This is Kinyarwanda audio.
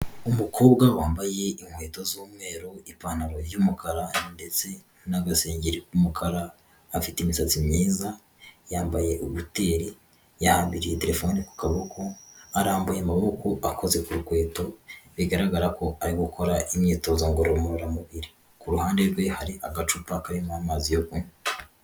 Umukobwa wambaye inkweto z'umweru, ipantaro y'umukara ndetse n'agasengeri k'umukara, afite imisatsi myiza, yambaye uburuteri, yahambiriye telefone ku kaboko, arambuye amaboko akoze ku rukweto bigaragara ko ari gukora imyitozo ngororamubiri, ku ruhande rwe hari agacupa karimo amazi yo kunywa.